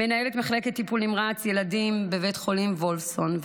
מנהלת מחלקת טיפול נמרץ ילדים בבית החולים וולפסון,